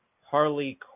Harley